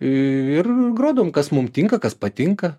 ir grodavom kas mums tinka kas patinka